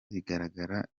rigaragaza